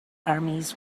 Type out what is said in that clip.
armies